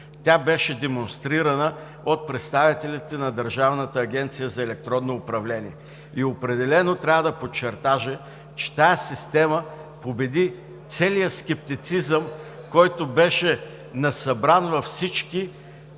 Тя беше демонстрирана от представителите на Държавната агенция за електронно управление. Определено трябва да подчертая, че тази система убеди целия скептицизъм, насъбран във всички,